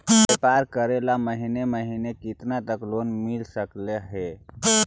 व्यापार करेल महिने महिने केतना तक लोन मिल सकले हे?